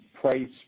price